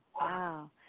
Wow